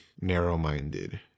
narrow-minded